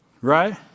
Right